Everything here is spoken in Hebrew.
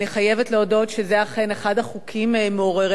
אני חייבת להודות שזה אכן אחד החוקים מעוררי